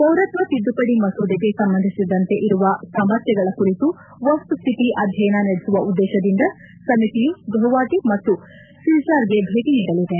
ಪೌರತ್ವ ತಿದ್ದುಪಡಿ ಮಸೂದೆಗೆ ಸಂಬಂಧಿಸಿದಂತೆ ಇರುವ ಸಮಸ್ಥೆಗಳ ಕುರಿತು ವಸ್ತುಸ್ತಿತಿ ಅಧ್ಯಯನ ನಡೆಸುವ ಉದ್ದೇಶದಿಂದ ಸಮಿತಿಯು ಗುವಾಹಟ ಮತ್ತು ಸಿಲ್ಡಾರ್ ಗೆ ಭೇಟಿ ನೀಡಲಿದೆ